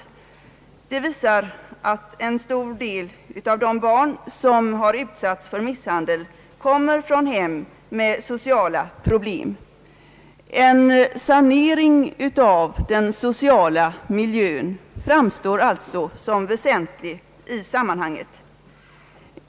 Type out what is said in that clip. Av detta framgår att en stor del av de barn som har utsatts för misshandel kommer från hem med sociala problem. En sanering av den sociala miljön framstår alltså som väsentlig i sammanhanget.